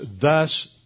thus